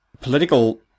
political